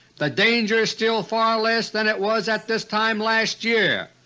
the danger is still far less than it was at this time last year,